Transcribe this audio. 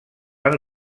van